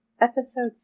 Episode